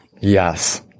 Yes